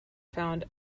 found